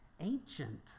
Ancient